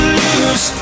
lose